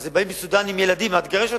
אז באים מסודן עם ילדים, אל תגרש אותם.